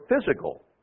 physical